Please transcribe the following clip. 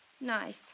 nice